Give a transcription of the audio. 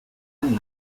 and